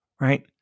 right